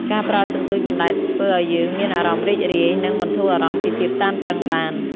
ការប្រើសន្ទូចបណ្ដែតធ្វើឲ្យយើងមានអារម្មណ៍រីករាយ និងបន្ធូរអារម្មណ៍ពីភាពតានតឹងបាន។